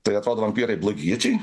tai atrodo vampyrai blogiečiai